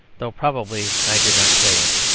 though probably i did not say it.